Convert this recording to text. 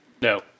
No